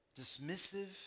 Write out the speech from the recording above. Dismissive